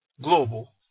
global